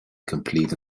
complete